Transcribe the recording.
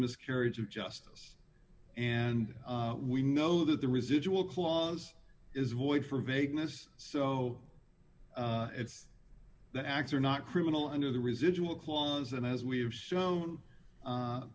miscarriage of justice and we know that the residual clause is void for vagueness so it's that acts are not criminal under the residual clause and as we have shown